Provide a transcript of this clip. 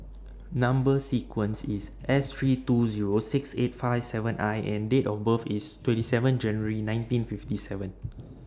Number sequence IS S three two Zero six eight five seven I and Date of birth IS twenty seven January nineteen fifty seven